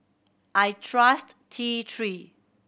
I trust T Three